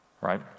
right